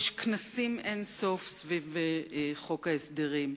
יש כנסים אין-סוף סביב חוק ההסדרים.